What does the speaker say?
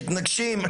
שמתנגשים.